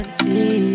see